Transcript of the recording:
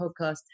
podcast